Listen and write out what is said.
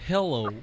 Hello